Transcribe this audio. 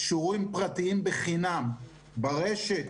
שיעורים פרטיים בחינם ברשת,